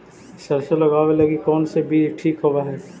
सरसों लगावे लगी कौन से बीज ठीक होव हई?